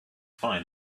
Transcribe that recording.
find